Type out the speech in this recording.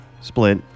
Split